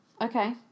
Okay